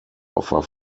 offer